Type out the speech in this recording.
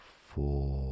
four